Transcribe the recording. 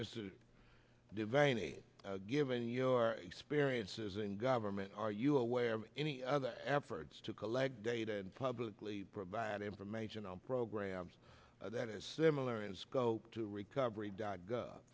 mr divine aid given your experiences in government are you aware of any other efforts to collect data and publicly provide information on programs that are similar in scope to recovery